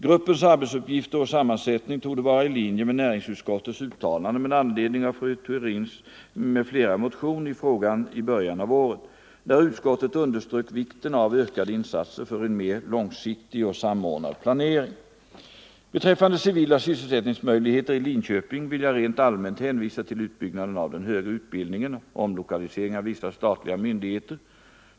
Gruppens arbetsuppgifter och sammansättning torde vara i linje med näringsutskottets uttalande med anledning av fru Theorins m.fl. motion i frågan i början av året, där utskottet underströk vikten av ökade insatser för en mer långsiktig och samordnad planering. Beträffande civila sysselsättningsmöjligheter i Linköping vill jag rent allmänt hänvisa till utbyggnaden av den högre utbildningen och omlokaliseringen av vissa statliga myndigheter.